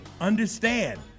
understand